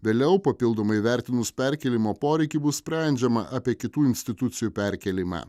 vėliau papildomai įvertinus perkėlimo poreikį bus sprendžiama apie kitų institucijų perkėlimą